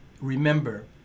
remember